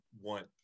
want